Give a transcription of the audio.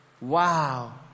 Wow